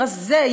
רזה,